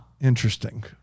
Interesting